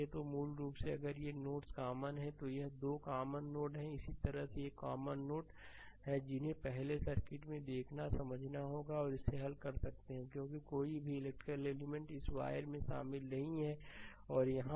तो मूल रूप से अगर ये नोड्स कॉमन हैं तो यह 2 एक कॉमन नोड है इसी तरह ये कॉमन नोड हैं जिन्हें पहले सर्किट को देखना समझना होगा और इसे हल कर सकते हैं क्योंकि कोई भी इलेक्ट्रिकल एलिमेंट इस वायर में शामिल नहीं है और यहां भी